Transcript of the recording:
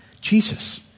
Jesus